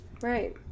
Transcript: Right